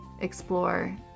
explore